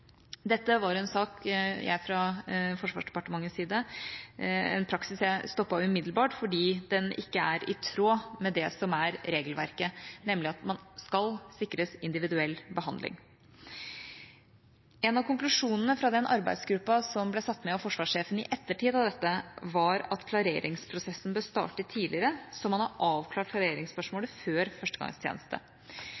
Dette var en praksis jeg fra Forsvarsdepartementets side stoppet umiddelbart fordi den ikke er i tråd med det som er regelverket, nemlig at man skal sikres individuell behandling. En av konklusjonene fra arbeidsgruppa som ble satt ned av forsvarssjefen i ettertid av dette, var at klareringsprosessen bør starte tidligere, slik at man har avklart klareringsspørsmålet før førstegangstjeneste.